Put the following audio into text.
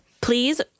Please